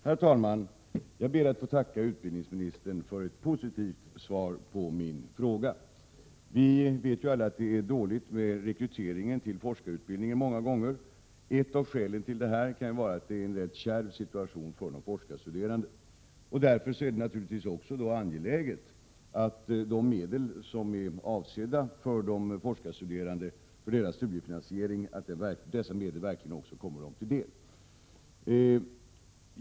Herr talman! Jag ber att få tacka utbildningsministern för ett positivt svar på min fråga. Vi vet alla att det många gånger är dåligt med rekryteringen till forskarutbildningen. Ett av skälen kan vara att det är en rätt kärv situation för de forskarstuderande. Därför är det naturligtvis angeläget att de medel som är avsedda för de forskarstuderandes studiefinansiering verkligen kommer dem till del.